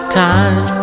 time